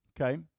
Okay